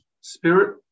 spirit